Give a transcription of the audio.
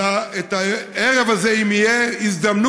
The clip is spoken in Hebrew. אלא את הערב הזה, אם תהיה הזדמנות,